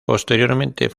posteriormente